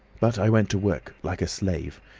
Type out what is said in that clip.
but i went to work like a slave.